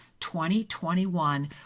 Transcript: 2021